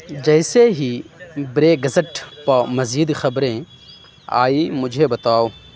جیسے ہی بریگزٹ پہ مزید خبریں آئی مجھے بتاؤ